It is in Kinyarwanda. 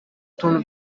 tuntu